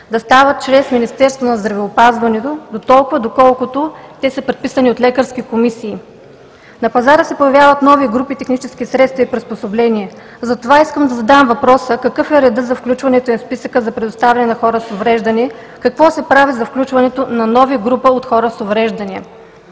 да става чрез Министерството на здравеопазването, дотолкова доколкото те са предписани от лекарски комисии? На пазара се появяват нови групи технически средства и приспособления. Затова искам да задам въпроса: какъв е редът за включването им в списъка за предоставяне на хора с увреждания? Какво се прави за включването на нови групи от хора с увреждания?